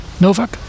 Novak